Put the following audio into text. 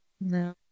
No